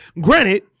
granted